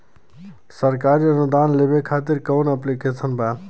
सरकारी अनुदान लेबे खातिर कवन ऐप्लिकेशन बा?